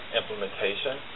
implementation